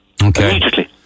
immediately